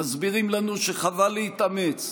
מסבירים לנו שחבל להתאמץ,